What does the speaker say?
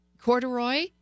corduroy